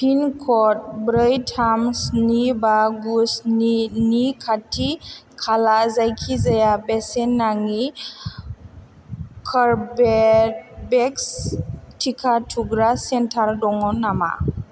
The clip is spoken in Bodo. पिन क'ड ब्रै थाम स्नि बा गु स्नि नि खाथि खाला जायखिजाया बेसेन नाङि कर्वेभेक्स टिका थुग्रा सेन्टार दङ नामा